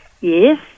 Yes